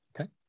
okay